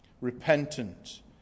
repentant